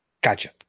Gotcha